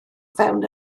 fewn